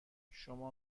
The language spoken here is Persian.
شما